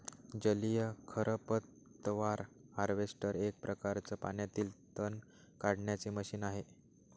जलीय खरपतवार हार्वेस्टर एक प्रकारच पाण्यातील तण काढण्याचे मशीन आहे